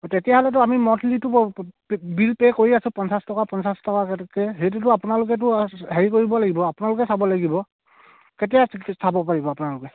তেতিয়াহ'লেতো আমি মণ্ঠলিটো প বিল পে' কৰি আছোঁ পঞ্চাছ টকা পঞ্চাছ টকাকৈ সেইটোতো আপোনালোকেতো হেৰি কৰিব লাগিব আপোনালোকে চাব লাগিব কেতিয়া চাব পাৰিব আপোনালোকে